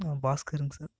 பாஸ்கருங்க sir